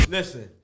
Listen